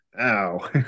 Ow